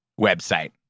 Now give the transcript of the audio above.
website